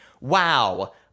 wow